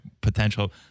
potential